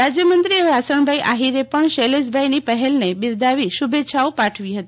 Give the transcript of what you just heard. રાજ્યમંત્રી વાસણભાઈ આહિરે પણ શૈલેષભાઈની પહેલને બિરદાવી શુભેચ્છાઓ પાઠવી હતી